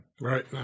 Right